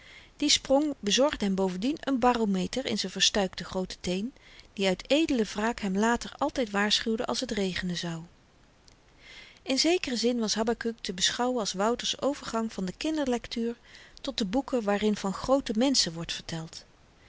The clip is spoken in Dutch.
die sprong bezorgde hem bovendien n barometer in z'n verstuikten grooten teen die uit edele wraak hem later altyd waarschuwde als t regenen zou in zekeren zin was habakuk te beschouwen als wouter's overgang van de kinderlektuur tot de boeken waarin van groote menschen wordt verteld